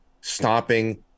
stopping